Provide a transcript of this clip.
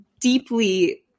deeply